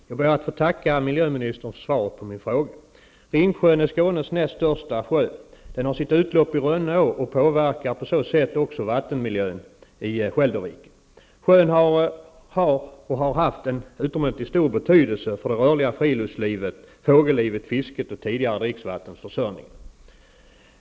Fru talman! Jag ber att få tacka miljöministern för svaret på min fråga. Ringsjön är Skånes näst största sjö. Den har sitt utlopp i Rönneå och påverkar på så sätt också vattenmiljön i Skälderviken. Sjön har och har haft en utomordentligt stor betydelse för det rörliga friluftslivet, fågellivet, fisket och tidigare dricksvattenförsörjningen.